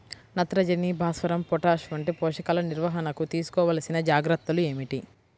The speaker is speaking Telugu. నత్రజని, భాస్వరం, పొటాష్ వంటి పోషకాల నిర్వహణకు తీసుకోవలసిన జాగ్రత్తలు ఏమిటీ?